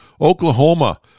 Oklahoma